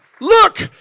Look